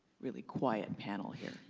really quiet panel here.